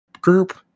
group